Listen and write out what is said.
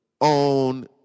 on